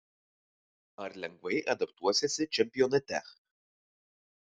ar lengvai adaptuosiesi čempionate